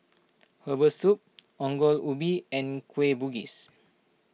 Herbal Soup Ongol Ubi and Kueh Bugis